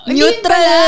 Neutral